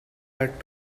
had